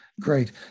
great